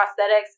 prosthetics